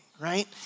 right